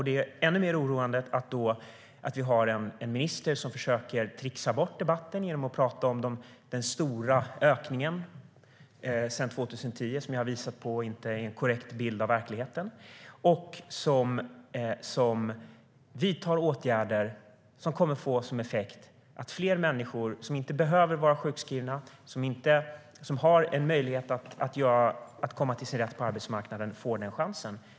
Det är ännu mer oroande att vi har en minister som försöker trixa bort debatten genom att prata om den stora ökningen sedan 2010 - jag har visat att det inte är en korrekt bild av verkligheten - och som vidtar åtgärder som kommer att få som effekt att fler människor som inte behöver vara sjukskrivna och som har en möjlighet att komma till sin rätt på arbetsmarknaden inte får den chansen.